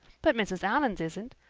but mrs. allan's isn't,